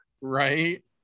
Right